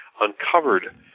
uncovered